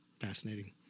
fascinating